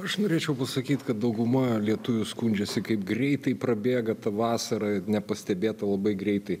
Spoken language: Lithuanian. aš norėčiau pasakyt kad dauguma lietuvių skundžiasi kaip greitai prabėga vasara nepastebėta labai greitai